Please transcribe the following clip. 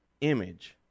image